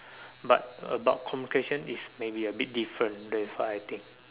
but about communication it's maybe a bit different that is what I think